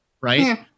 Right